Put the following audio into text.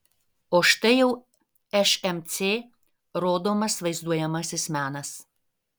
o štai jau šmc rodomas vaizduojamasis menas